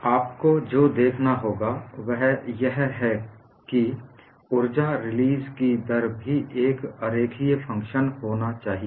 तो आपको जो देखना होगा वह यह है कि ऊर्जा रिलीज की दर भी एक अरेखीय फ़ंक्शन होना चाहिए